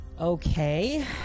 Okay